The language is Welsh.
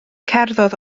cerddodd